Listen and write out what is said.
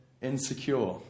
insecure